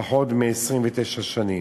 פחות מ-29 שנים.